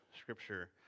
Scripture